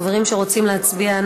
חברים שרוצים להצביע,